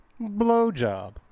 blowjob